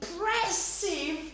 impressive